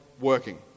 working